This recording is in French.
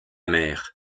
mer